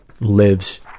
lives